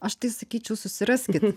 aš tai sakyčiau susiraskit